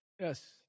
Yes